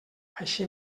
així